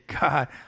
God